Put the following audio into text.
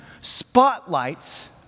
spotlights